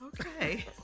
Okay